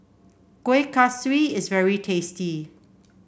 Kuih Kaswi is very tasty